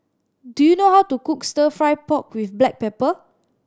do you know how to cook Stir Fry pork with black pepper